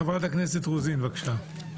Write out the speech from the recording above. חברת הכנסת רוזין, בבקשה.